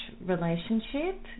relationship